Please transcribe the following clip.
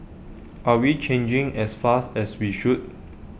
are we changing as fast as we should